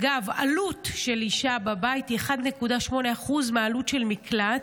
אגב, עלות של אישה בבית היא 1.8% מעלות של מקלט.